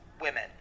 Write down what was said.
women